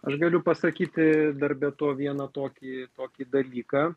aš galiu pasakyti dar be to vieną tokį tokį dalyką